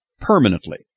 permanently